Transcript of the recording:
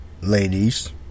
ladies